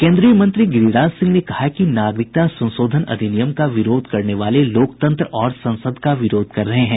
केन्द्रीय मंत्री गिरिराज सिंह ने कहा है कि नागरिकता संशोधन अधिनियम का विरोध करने वाले लोकतंत्र और संसद का विरोध कर रहे हैं